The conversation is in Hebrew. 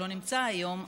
שלא נמצא היום,